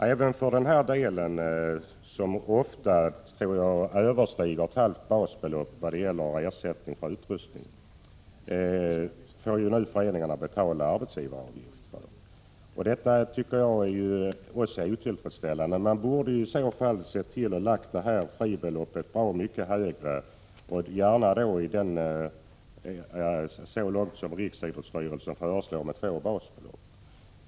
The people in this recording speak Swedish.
Även för den del av ersättningen för utrustning m.m. som överstiger ett halvt basbelopp får föreningarna betala arbetsgivaravgift. Detta tycker jag är otillfredsställande. Fribeloppet borde vara betydligt större tilltaget, gärna så stort som riksidrottsstyrelsen föreslår, dvs. två basbelopp.